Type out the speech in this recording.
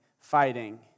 fighting